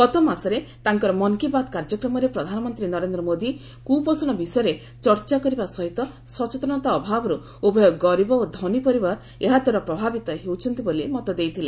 ଗତମାସରେ ତାଙ୍କର ମନ୍ କୀ ବାତ୍ କାର୍ଯ୍ୟକ୍ରମରେ ପ୍ରଧାନମନ୍ତ୍ରୀ ନରେନ୍ଦ୍ର ମୋଦି କୁପୋଷଣ ବିଷୟରେ ଚର୍ଚ୍ଚା କରିବା ସହିତ ସଚେତନତା ଅଭାବରୁ ଉଭୟ ଗରିବ ଓ ଧନୀ ପରିବାର ଏହାଦ୍ୱାରା ପ୍ରଭାବିତ ହେଉଛନ୍ତି ବୋଲି ମତ ଦେଇଥିଲେ